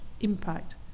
impact